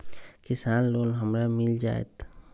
किसान लोन हमरा मिल जायत?